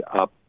up